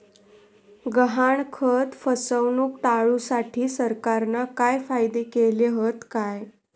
गहाणखत फसवणूक टाळुसाठी सरकारना काय कायदे केले हत काय?